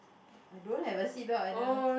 I don't have a seat belt either